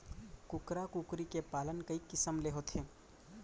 कुकरा कुकरी के पालन कई किसम ले होथे